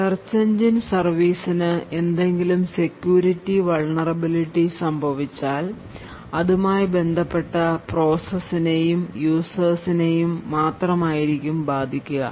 search engine സർവീസിന് എന്തെങ്കിലും security vunerability സംഭവിച്ചാൽ അതുമായി ബന്ധപ്പെട്ട പ്രോസസ്സ് നെയും യൂസേഴ്സ് നെയും മാത്രമായിരിക്കും ബാധിക്കുക